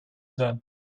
sein